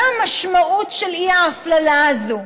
מה המשמעות של האי-הפללה הזאת?